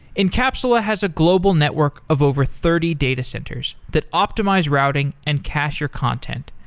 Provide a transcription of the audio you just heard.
encapsula has a global network of over thirty data centers that optimize routing and cacher content.